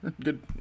good